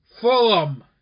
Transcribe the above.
Fulham